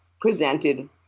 presented